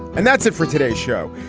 and that's it for today's show.